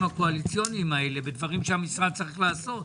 הקואליציוניים האלה בדברים שהמשרד צריך לעשות.